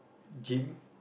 gym